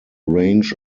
range